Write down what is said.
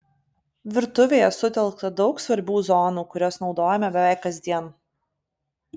virtuvėje sutelkta daug svarbių zonų kurias naudojame beveik kasdien